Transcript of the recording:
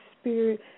spirit